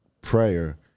prayer